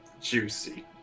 Juicy